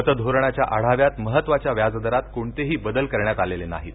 पतधोरणाच्या आढाव्यात महत्वाच्या व्याज दारात कोणतेही बदल करण्यात आलेले नाहीत